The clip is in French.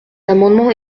amendement